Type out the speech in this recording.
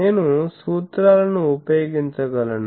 నేను సూత్రాలను ఉపయోగించగలను